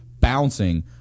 bouncing